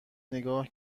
نگاه